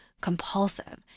compulsive